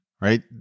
right